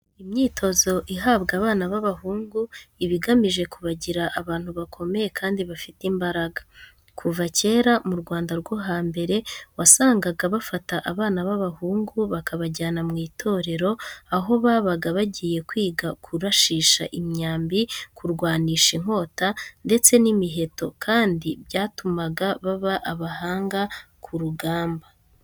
Imyitozo ihabwa abana b'abahungu, iba igamije kubagira abantu bakomeye kandi bafite imbaraga. Kuva kera mu Rwanda rwo hambere wasangaga bafata abana b'abahungu bakabajyana mu itorero, aho babaga bagiye kwiga kurashisha imyambi, kurwanisha inkota ndetse n'imiheto kandi byatumaga baba abahanga ku rugamba.